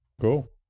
Cool